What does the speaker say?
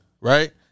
Right